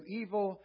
evil